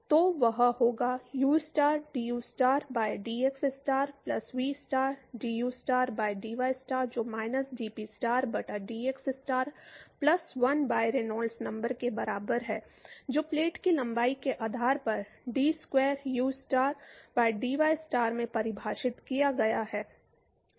तो वह होगा u स्टार duस्टार बाय डीएक्सस्टार प्लस vस्टार duस्टार बाय dyस्टार जो माइनस डीपीस्टार बटा d x star plus one by Reynolds number के बराबर है जो प्लेट की लंबाई के आधार पर डी स्क्वायर यूस्टार by dyस्टार में परिभाषित किया गया है